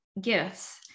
gifts